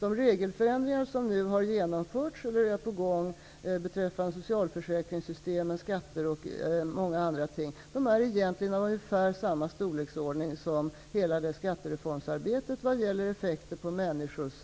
De regelförändringar som nu har genomförts eller är på gång beträffande socialförsäkringssystemet, skatter och många andra ting är egentligen av ungefär samma storleksordning som hela skattereformsarbetet vad gäller effekter på människors